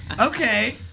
Okay